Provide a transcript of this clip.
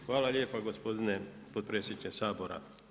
Hvala lijepa gospodine potpredsjedniče Sabora.